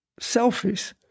Selfies